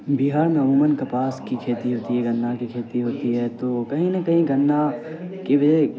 بہار میں عموماً کپاس کی کھیتی ہوتی ہے گنا کی کھیتی ہوتی ہے تو کہیں نہ کہیں گنا کی بھی ایک